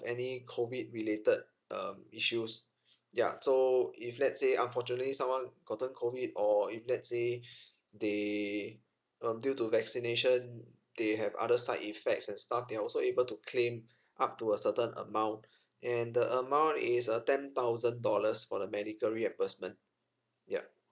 any COVID related um issues ya so if let's say unfortunately someone gotten COVID or if let's say they um due to vaccination they have other side effects and stuff they are also able to claim up to a certain amount and the amount is uh ten thousand dollars for the medical reimbursement ya